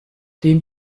dem